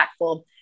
impactful